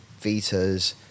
Vitas